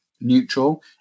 neutral